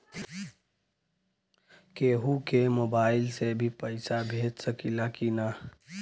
केहू के मोवाईल से भी पैसा भेज सकीला की ना?